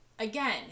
Again